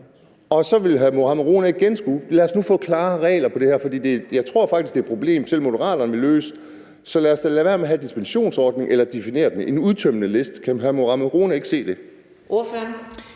igen skulle tage stilling til det. Lad os nu få klare regler på det her område, for jeg tror faktisk, det er et problem, som selv Moderaterne vil have løst. Så lad os da lade være med at have en dispensationsordning eller også få det defineret med en udtømmende liste. Kan hr. Mohammad Rona ikke se det? Kl.